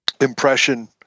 impression